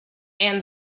and